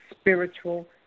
spiritual